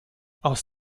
aus